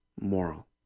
moral